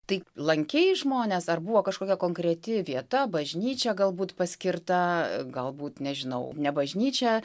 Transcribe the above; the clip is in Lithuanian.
tai lankei žmones ar buvo kažkokia konkreti vieta bažnyčia galbūt paskirta galbūt nežinau ne bažnyčia